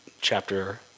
chapter